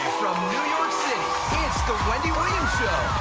new york city, it's the wendy williams show.